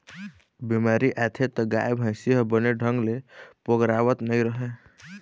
बेमारी आथे त गाय, भइसी ह बने ढंग ले पोगरावत नइ रहय